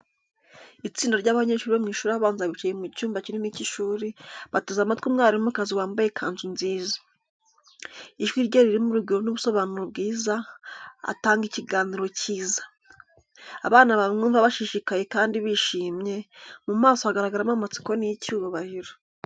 Itsinda ry’abanyeshuri bo mu mashuri abanza bicaye mu cyumba kinini cy’ishuri, bateze amatwi umwarimukazi wambaye ikanzu nziza. Ijwi rye ririmo urugwiro n’ubusobanuro bwiza, atanga ikiganiro cyiza. Abana bamwumva bashishikaye kandi bishimye, mu maso hagaragaramo amatsiko n’icyubahiro.